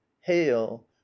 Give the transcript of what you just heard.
hail